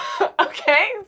okay